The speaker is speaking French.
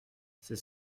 c’est